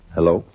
Hello